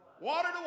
Water